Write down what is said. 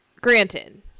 granted